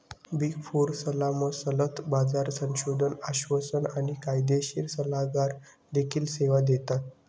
big four सल्लामसलत, बाजार संशोधन, आश्वासन आणि कायदेशीर सल्लागार देखील सेवा देतात